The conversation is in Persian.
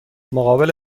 مقابل